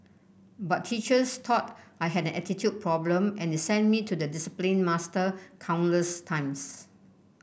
but teachers thought I had an attitude problem and they sent me to the discipline master countless times